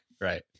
Right